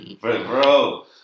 bro